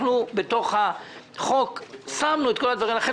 בתוך הצעת החוק שמנו את כל הדברים האלה.